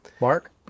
Mark